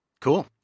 Cool